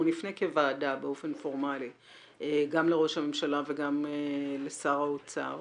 אנחנו נפנה כוועדה באופן פורמלי גם לראש הממשלה וגם לשר האוצר